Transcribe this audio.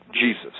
Jesus